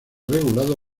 regulado